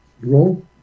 roll